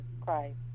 Christ